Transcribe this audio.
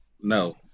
no